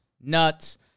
nuts